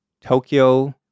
Tokyo